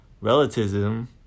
relativism